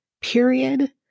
period